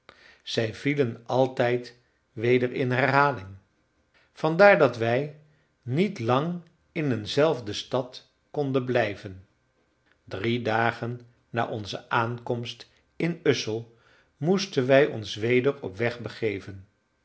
zij vielen altijd weder in herhaling vandaar dat wij niet lang in eenzelfde stad konden blijven drie dagen na onze aankomst in ussel moesten wij ons weder op weg begeven